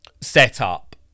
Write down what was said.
setup